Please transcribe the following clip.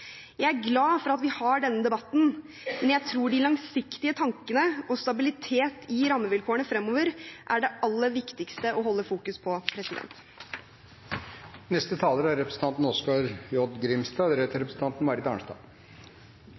Jeg er glad for at vi har denne debatten, men jeg tror de langsiktige tankene og stabilitet i rammevilkårene fremover er det aller viktigste å holde fokus på. Representanten Per Rune Henriksen er